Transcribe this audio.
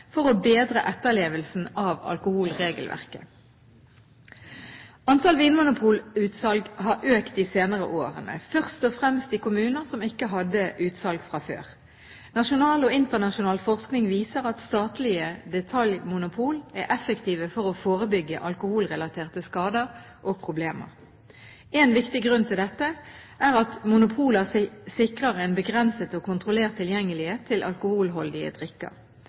for å bedre etterlevelsen av alkoholregelverket. Antall vinmonopolutsalg har økt de senere årene, det gjelder først og fremst kommuner som ikke hadde utsalg fra før. Nasjonal og internasjonal forskning viser at statlige detaljmonopol er effektive for å forebygge alkoholrelaterte skader og problemer. Én viktig grunn til dette er at monopoler sikrer en begrenset og kontrollert tilgjengelighet til alkoholholdige drikker.